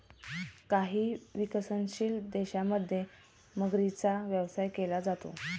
काही विकसनशील देशांमध्ये मगरींचा व्यवसाय चांगला चालतो